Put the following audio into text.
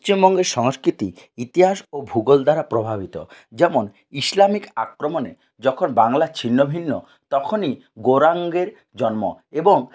পশ্চিমবঙ্গের সংস্কৃতি ইতিহাস ও ভূগোল দ্বারা প্রভাবিত যেমন ইসলামিক আক্রমণে যখন বাংলা ছিন্ন ভিন্ন তখনই গৌরাঙ্গের জন্ম এবং